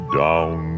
down